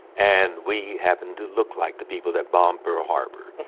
and we happened to look like the people that bombed pearl harbor,